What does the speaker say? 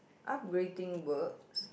upgrading works